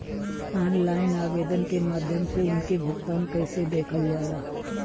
Online आवेदन के माध्यम से उनके भुगतान कैसे देखल जाला?